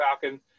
Falcon